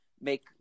make